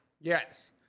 Yes